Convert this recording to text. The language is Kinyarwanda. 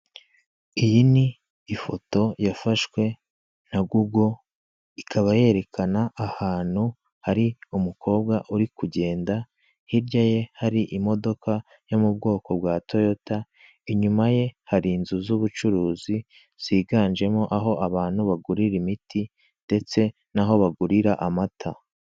Iyi ni ifoto yafashwe na Gugo, ikaba yerekana ahantu hari umukobwa uri kugenda, hirya ye yari imodoka yo mu bwoko bwa Toyota. Inyuma ye hari inzu z'ubucuruzi, ziganjemo aho abantu bagurira imiti ndetse n'aho bagurira amata.